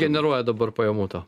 generuoja dabar pajamų tau